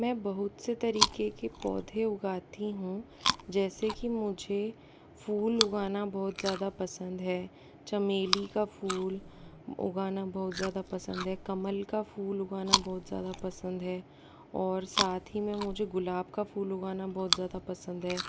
मैं बहुत से तरीके के पौधें उगाती हूँ जैसे की मुझे फूल उगाना बहुत ज़्यादा पसंद है चमेली का फूल उगाना बहुत ज़्यादा पसंद है कमल का फूल उगाना बहुत ज़्यादा पसंद है और साथ ही मैं मुझे गुलाब का फूल उगाना बहुत ज़्यादा पसंद है